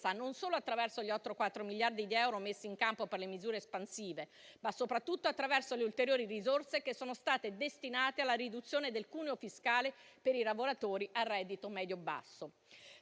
non solo attraverso gli oltre 4 miliardi di euro messi in campo per le misure espansive, ma soprattutto attraverso le ulteriori risorse che sono state destinate alla riduzione del cuneo fiscale per i lavoratori a reddito medio-basso.